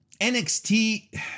nxt